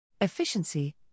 Efficiency